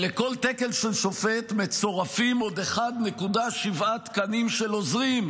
לכל תקן של שופט מצורפים עוד 1.7 תקנים של עוזרים,